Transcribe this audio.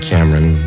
Cameron